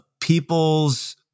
people's